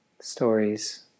Stories